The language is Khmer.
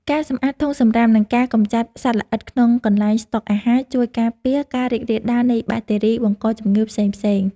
ការសម្អាតធុងសម្រាមនិងការកម្ចាត់សត្វល្អិតក្នុងកន្លែងស្តុកអាហារ ជួយការពារការរីករាលដាលនៃបាក់តេរីបង្កជំងឺផ្សេងៗ។